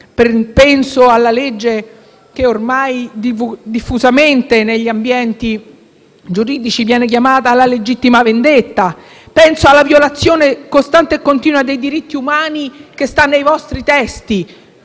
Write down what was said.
Penso alla legge che ormai diffusamente negli ambienti giuridici viene definita "legittima vendetta"; penso alla violazione costante e continua dei diritti umani che sta nei vostri testi: